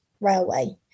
railway